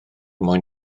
mwyn